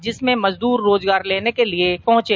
जिसमें मजूदर रोजगार लेने के लिए पहुंचे